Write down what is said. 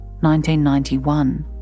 1991